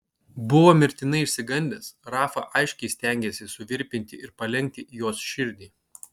buvo mirtinai išsigandęs rafa aiškiai stengėsi suvirpinti ir palenkti jos širdį